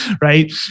right